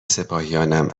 سپاهیانم